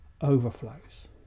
overflows